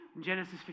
Genesis